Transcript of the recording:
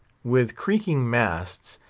with creaking masts,